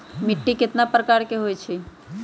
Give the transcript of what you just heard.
मिट्टी कतना प्रकार के होवैछे?